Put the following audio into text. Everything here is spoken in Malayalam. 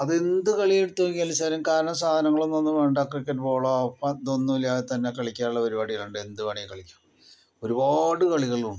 അതെന്ത് കളിയെടുത്ത് നോക്കിയാലും ശരി കാരണം സാധനങ്ങളൊന്നും വേണ്ട ക്രിക്കറ്റ് ബോളോ ഇതൊന്നും ഇല്ലാതെതന്നെ കളിക്കാനുള്ള പരിപാടികൾ ഉണ്ട് എന്തുവേണമെങ്കിലും കളിക്കാം ഒരുപാട് കളികളുണ്ട്